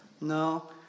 no